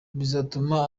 bizatuma